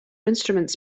instruments